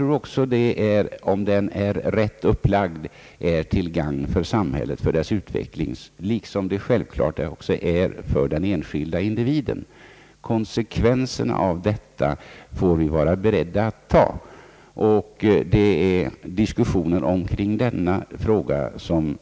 Om en sådan utbildning är rätt upplagd, tror jag att den är till gagn för samhällsutvecklingen och naturligtvis också för den enskilda individen. Konsekvenserna härav får vi bara beredda att ta. Det är diskussionen omkring denna fråga som